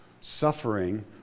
suffering